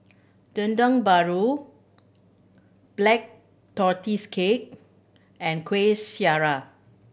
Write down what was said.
Dendeng Paru Black Tortoise Cake and Kuih Syara